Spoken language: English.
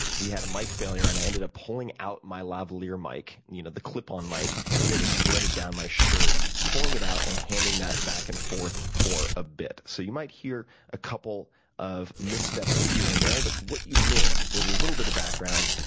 we had a mic failure and i ended up pulling out my lavalier mic, like you know, the clip on mic that was threaded down my shirt. pulling it out and handling that back and forth for a bit. so you might hear a couple of missteps here and there. but what you missed was a little bit of background.